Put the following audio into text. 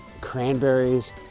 cranberries